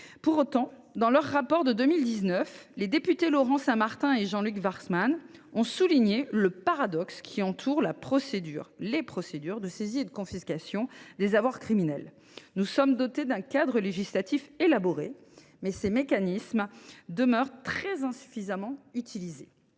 Pourtant, dans leur rapport de 2019, les députés Laurent Saint Martin et Jean Luc Warsmann ont souligné le paradoxe qui entoure les procédures de saisie et de confiscation des avoirs criminels. Selon leurs conclusions, nous sommes dotés d’un cadre législatif élaboré, mais dont les mécanismes demeurent très insuffisamment utilisés.